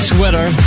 Twitter